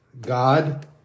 God